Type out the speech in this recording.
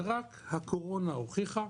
ורק הקורונה הוכיחה,